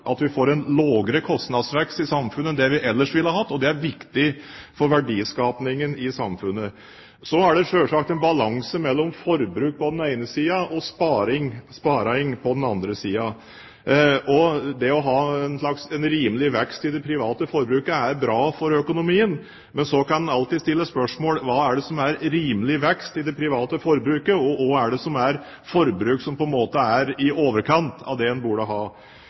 at vi får en lavere kostnadsvekst i samfunnet enn det vi ellers ville hatt, og det er viktig for verdiskapingen i samfunnet. Så er det selvsagt en balanse mellom forbruk på den ene siden og sparing på den andre siden. Det å ha en rimelig vekst i det private forbruket er bra for økonomien, men så kan en alltid stille spørsmål ved hva som er rimelig vekst i det private forbruket, og hva som er forbruk som er i overkant av det en burde ha.